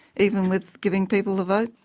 even with giving people the vote.